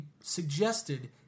suggested